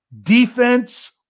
defense